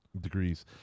degrees